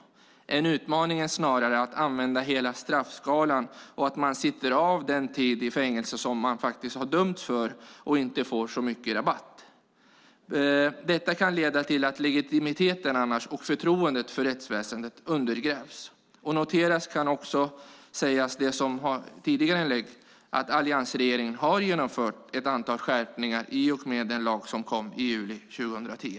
Det är snarare en utmaning att använda hela straffskalan och se till att man sitter av den tid i fängelse som man faktiskt har dömts till och inte får så mycket rabatt. Annars kan detta leda till att legitimiteten och förtroendet för rättsväsendet undergrävs. Det kan också noteras, vilket har sagts i tidigare inlägg, att alliansregeringen har genomfört ett antal skärpningar i och med den lag som kom i juli 2010.